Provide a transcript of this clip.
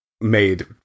made